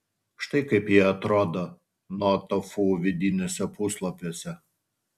štai kaip ji atrodo no tofu vidiniuose puslapiuose